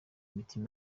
imitima